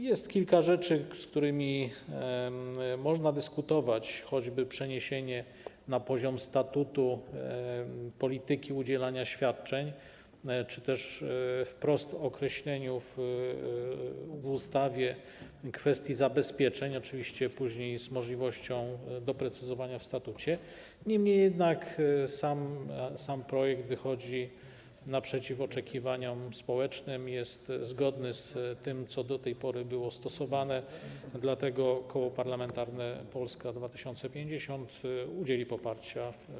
Jest kilka rzeczy, z którymi można dyskutować, choćby przeniesienie na poziom statutu polityki udzielania świadczeń, czy też określenie wprost w ustawie kwestii zabezpieczeń, oczywiście z możliwością doprecyzowania w statucie, niemniej jednak sam projekt wychodzi naprzeciw oczekiwaniom społecznym, jest zgodny z tym, co do tej pory było stosowane, dlatego Koło Parlamentarne Polska 2050 udzieli mu poparcia.